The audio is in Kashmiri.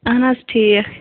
اَہَن حظ ٹھیٖک